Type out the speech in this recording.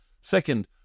Second